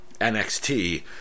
NXT